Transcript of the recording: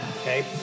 okay